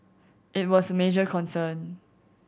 it was a major concern